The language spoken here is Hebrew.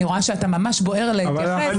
אני רואה שאתה ממש בוער להתייחס.